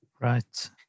Right